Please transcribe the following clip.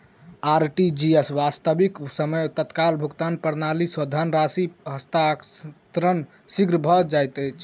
RTGS, वास्तविक समय तत्काल भुगतान प्रणाली, सॅ धन राशि हस्तांतरण शीघ्र भ जाइत अछि